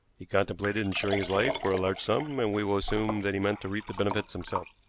he contemplated insuring his life for a large sum, and we will assume that he meant to reap the benefit himself.